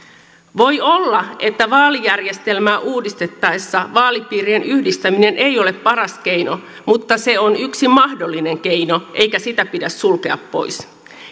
voi olla että vaalijärjestelmää uudistettaessa vaalipiirien yhdistäminen ei ole paras keino mutta se on yksi mahdollinen keino eikä sitä pidä sulkea pois